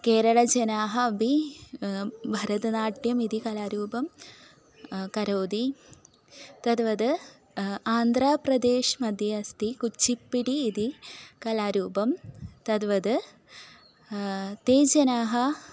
केरळजनाः अपि भरतनाट्यम् इति कलारूपं करोति तद्वद् आन्ध्रप्रदेशमध्ये अस्ति कुच्चिप्पिडि इति कलारूपं तद्वद् ते जनाः